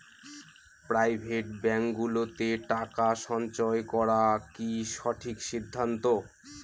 Private ব্যাঙ্কগুলোতে টাকা সঞ্চয় করা কি সঠিক সিদ্ধান্ত?